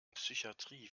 psychatrie